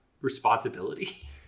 responsibility